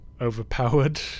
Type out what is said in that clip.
overpowered